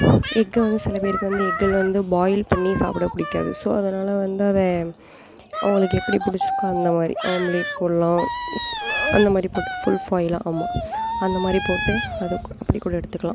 எக்கை வந்து சில பேருக்கு வந்து எக்கில் வந்து பாயில் பண்ணி சாப்பிட பிடிக்காது ஸோ அதனால் வந்து அதை அவங்களுக்கு எப்படி பிடிச்சிருக்கோ அந்தமாதிரி ஆம்ப்லேட் போடலாம் அந்தமாதிரி போட்டு ஃபுல்ஃபாயிலாக ஆமாம் அந்தமாதிரி போட்டு அதை அப்படி கூட எடுத்துக்கலாம்